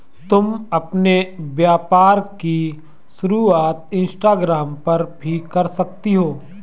तुम अपने व्यापार की शुरुआत इंस्टाग्राम पर भी कर सकती हो